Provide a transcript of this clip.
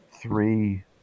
three